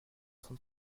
son